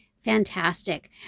fantastic